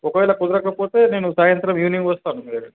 ఒకవేళ కుదరకపోతే నేను సాయంత్రం ఈవెనింగ్ వస్తాను మీ దగ్గరకి